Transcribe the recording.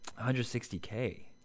160k